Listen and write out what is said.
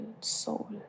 soul